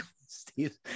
Steve